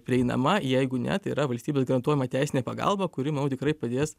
prieinama jeigu ne tai yra valstybės garantuojama teisinė pagalba kuri manau tikrai padės